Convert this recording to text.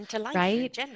right